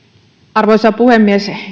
arvoisa puhemies